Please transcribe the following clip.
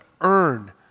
earn